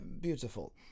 beautiful